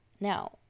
Now